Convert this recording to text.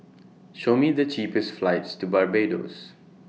Show Me The cheapest flights to Barbados